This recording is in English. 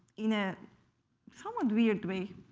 in a somewhat weird way